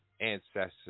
ancestors